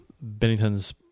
Bennington's